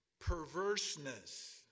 perverseness